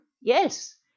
yes